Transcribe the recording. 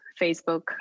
Facebook